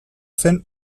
zen